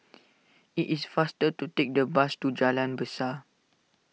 it is faster to take the bus to Jalan Besar